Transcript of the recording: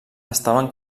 estaven